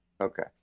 okay